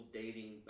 dating